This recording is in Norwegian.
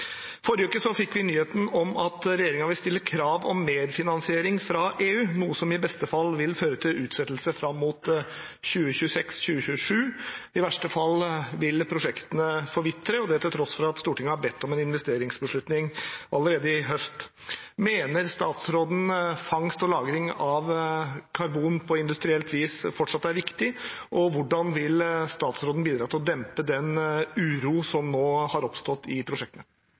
Forrige uke fikk vi nyheten om at regjeringen vil stille krav om medfinansiering fra EU, noe som i beste fall vil føre til utsettelse fram mot 2026/2027. I verste fall vil prosjektene forvitre, og det til tross for at Stortinget har bedt om en investeringsbeslutning allerede i høst. Mener statsråden at fangst og lagring av karbon på industrielt vis fortsatt er viktig, og hvordan vil statsråden bidra til å dempe den uroen som nå har oppstått i